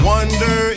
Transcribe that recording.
Wonder